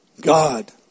God